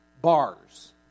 Bars